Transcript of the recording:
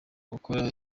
gukora